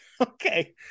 Okay